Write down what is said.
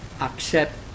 accept